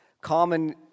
common